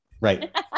Right